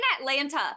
atlanta